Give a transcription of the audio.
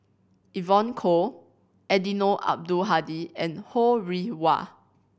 Evon Kow Eddino Abdul Hadi and Ho Rih Hwa